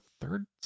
third